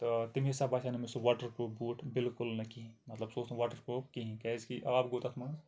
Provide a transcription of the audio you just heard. تہٕ تَمہِ حساب باسیٚو نہٕ مےٚ سُہ واٹَر پرٛوٗف بوٗٹ بِالکُل نہٕ کِہیٖنۍ مطلب سُہ اوس نہٕ واٹَر پرٛوٗف کِہیٖنۍ کیازِکہ آب گوٚو تَتھ منٛز